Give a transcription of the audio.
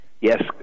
Yes